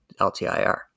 LTIR